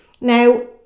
Now